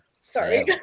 sorry